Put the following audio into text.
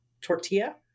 tortilla